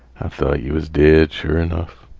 thought yeh was dead sure enough.